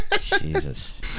Jesus